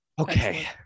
okay